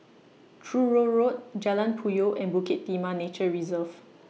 Truro Road Jalan Puyoh and Bukit Timah Nature Reserve